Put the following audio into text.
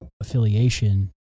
affiliation